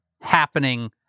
happening